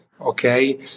Okay